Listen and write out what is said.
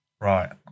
Right